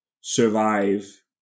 survive